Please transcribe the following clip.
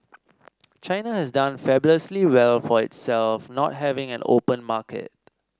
China has done fabulously well for itself not having an open market